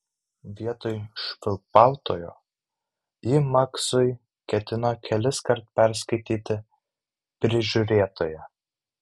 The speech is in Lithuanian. vietoj švilpautojo ji maksui ketino keliskart perskaityti prižiūrėtoją